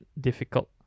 difficult